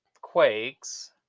quakes